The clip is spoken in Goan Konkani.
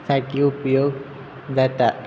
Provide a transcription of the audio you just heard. साठी उपयोग जातात